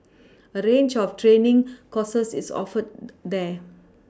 a range of training courses is offered there